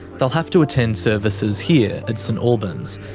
they'll have to attend services here at st albans,